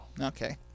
Okay